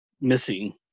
missing